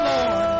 Lord